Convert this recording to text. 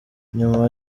nyuma